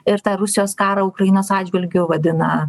ir rusijos karą ukrainos atžvilgiu vadina